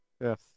Yes